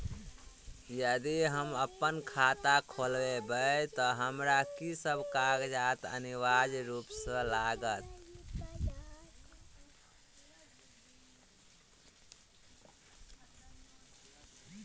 यदि हम अप्पन खाता खोलेबै तऽ हमरा की सब कागजात अनिवार्य रूप सँ लागत?